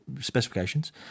specifications